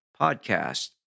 podcast